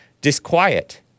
Disquiet